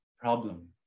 problem